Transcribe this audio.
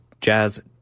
jazz